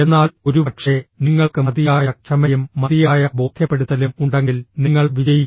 എന്നാൽ ഒരുപക്ഷേ നിങ്ങൾക്ക് മതിയായ ക്ഷമയും മതിയായ ബോധ്യപ്പെടുത്തലും ഉണ്ടെങ്കിൽ നിങ്ങൾ വിജയിക്കും